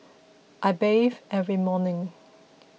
I bathe every morning